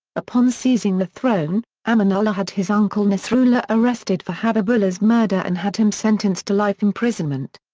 upon seizing the throne, amanullah had his uncle nasrullah arrested for habibullah's murder and had him sentenced to life imprisonment.